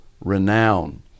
renown